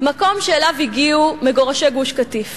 מקום שאליו הגיעו מגורשי גוש-קטיף